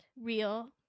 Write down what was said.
real